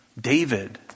David